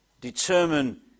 determine